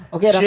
Okay